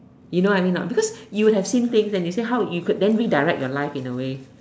you know what I mean or not because you has seen things and you could let me direct your life in a way